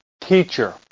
teacher